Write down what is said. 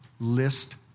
list